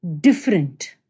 different